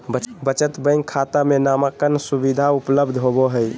बचत बैंक खाता में नामांकन सुविधा उपलब्ध होबो हइ